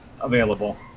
available